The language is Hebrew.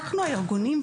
אנחנו הארגונים,